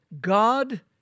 God